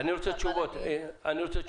אני רוצה תשובות בנושא.